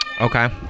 Okay